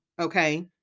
okay